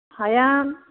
हाया